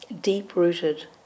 deep-rooted